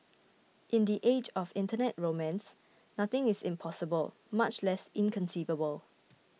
in the age of internet romance nothing is impossible much less inconceivable